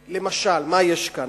למשל, מה יש כאן?